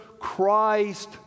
Christ